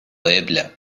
ebla